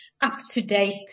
up-to-date